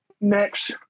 next